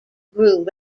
grew